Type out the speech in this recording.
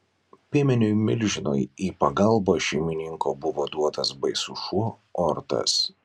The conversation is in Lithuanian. piemeniui milžinui į pagalbą šeimininko buvo duotas baisus šuo ortas